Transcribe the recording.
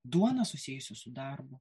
duona susijusi su darbu